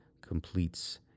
completes